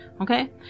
okay